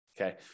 okay